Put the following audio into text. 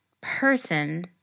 person